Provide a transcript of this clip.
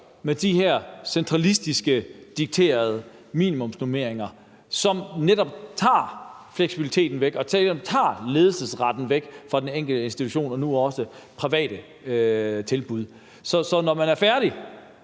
med de her centralistisk dikterede minimumsnormeringer, som netop tager fleksibiliteten væk og tager ledelsesretten væk fra den enkelte institution og nu også fra de private tilbud? Når man er færdig